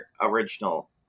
original